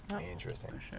interesting